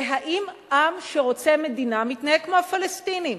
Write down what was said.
והאם עם שרוצה מדינה מתנהג כמו הפלסטינים?